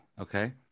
okay